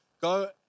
Go